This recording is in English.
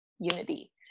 unity